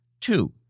Two